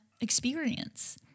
experience